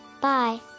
Bye